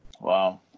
Wow